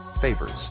favors